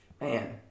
Man